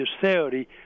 theory